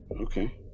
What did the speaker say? Okay